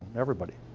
everybody.